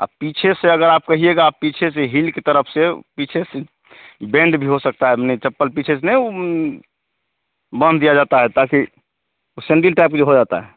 आ पीछे से अगर आप कहिएगा आप पीछे से हील की तरफ से पीछे से बेंड भी हो सकता है अपनी चप्पल पीछे से नहीं बांध दिया जाता है ताकि उ सेंडिल टाइप की हो जाता है